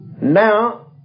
Now